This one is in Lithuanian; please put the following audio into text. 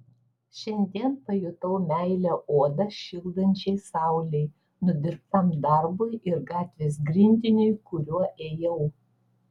šiandien pajutau meilę odą šildančiai saulei nudirbtam darbui ir gatvės grindiniui kuriuo ėjau